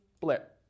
blip